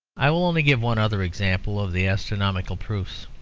i will only give one other example of the astronomical proofs